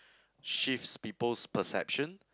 shifts people's perception